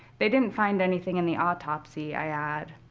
they didn't find anything in the autopsy i add.